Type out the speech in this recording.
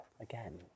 Again